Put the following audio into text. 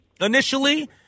initially